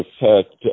effect